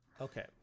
Okay